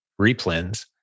replens